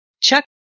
Chuck